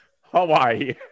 Hawaii